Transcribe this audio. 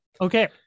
Okay